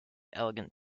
elegant